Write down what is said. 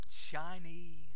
chinese